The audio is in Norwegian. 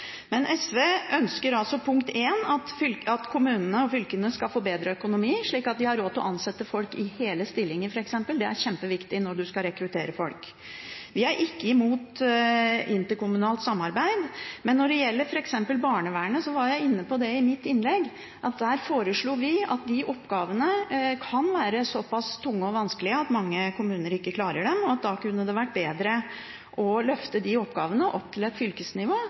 Men SV ønsker altså at kommunene og fylkene skal få bedre økonomi, slik at de har råd til å ansette folk i hele stillinger, f.eks. Det er kjempeviktig når man skal rekruttere folk. Vi er ikke imot interkommunalt samarbeid, men når det gjelder f.eks. barnevernet, var jeg inne på i mitt innlegg at fordi de oppgavene kan være såpass tunge og vanskelige at mange kommuner ikke klarer dem, kunne det vært bedre å løfte dem opp til fylkesnivå, der de oppgavene